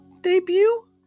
debut